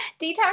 detox